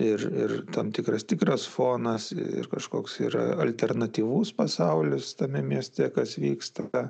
ir ir tam tikras tikras fonas kažkoks yra alternatyvus pasaulis tame mieste kas vyksta